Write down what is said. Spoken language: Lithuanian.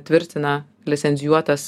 tvirtina licenzijuotas